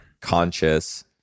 Conscious